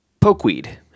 pokeweed